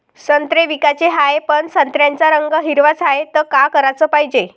संत्रे विकाचे हाये, पन संत्र्याचा रंग हिरवाच हाये, त का कराच पायजे?